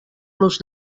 los